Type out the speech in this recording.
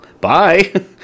bye